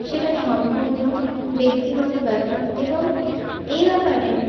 সেটা সম্পূর্ণ ব্যক্তিগত ব্যাপার এবং এই ব্যাপারে